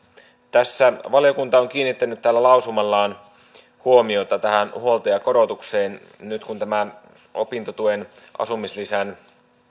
tässä valiokunta on kiinnittänyt tällä lausumallaan huomiota tähän huoltajakorotukseen nyt kun tämä opintotuen asumislisän